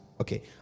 okay